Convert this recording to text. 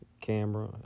camera